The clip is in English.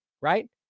Right